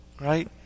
Right